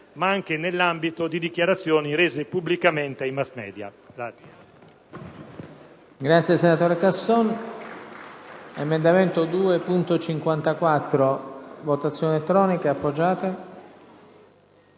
ma anche nell'ambito di dichiarazioni rese pubblicamente ai mass media.